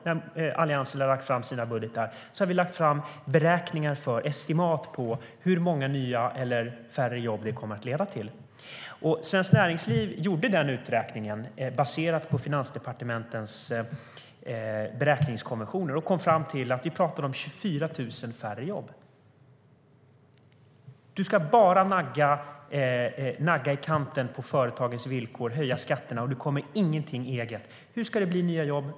När vi har lagt fram våra budgetar har vi lagt fram beräkningar, estimeringar, av hur många nya eller färre jobb de kommer att leda till. Svenskt Näringsliv gjorde den uträkningen baserat på Finansdepartementets beräkningskonventioner och kom fram till att vi talar om 24 000 färre jobb. Du ska bara nagga företagens villkor i kanten och höja skatterna, Ylva Johansson. Du kommer inte med någonting eget. Hur ska det bli nya jobb?